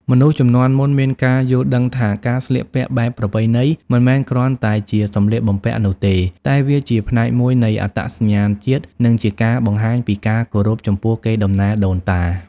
មនុស្សជំនាន់មុនមានការយល់ឃើញថា ការស្លៀកពាក់បែបប្រពៃណី មិនមែនគ្រាន់តែជាសម្លៀកបំពាក់នោះទេ តែវាជាផ្នែកមួយនៃអត្តសញ្ញាណជាតិ និងជាការបង្ហាញពី ការគោរពចំពោះកេរដំណែលដូនតា។